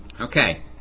Okay